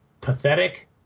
pathetic